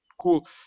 Cool